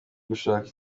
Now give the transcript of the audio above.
gushaka